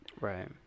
Right